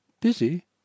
Busy